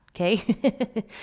okay